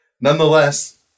nonetheless